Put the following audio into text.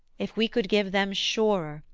if we could give them surer,